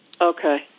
Okay